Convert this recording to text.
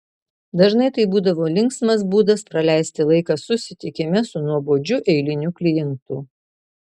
dažnai tai būdavo linksmas būdas praleisti laiką susitikime su nuobodžiu eiliniu klientu